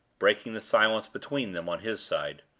breaking the silence between them, on his side.